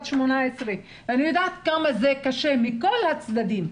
18 ואני יודעת כמה זה קשה מכל הצדדים.